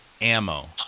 ammo